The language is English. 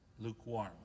Lukewarm